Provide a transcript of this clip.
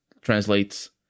translates